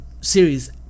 series